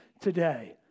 today